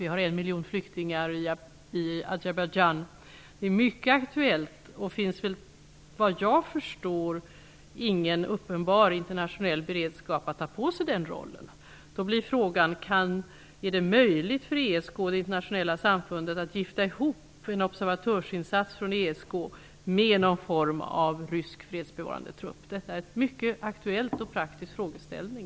Det finns en miljon flyktingar i Azerbajdzjan. Det är mycket aktuellt, och såvitt jag förstår finns det ingen uppenbar internationell beredskap för att ta på sig en roll här. Frågan blir om det är möjligt för ESK och det internationella samfundet att gifta ihop en observatörsinsats från ESK med någon form av rysk fredsbevarande trupp. Detta är en mycket aktuell och praktisk frågeställning.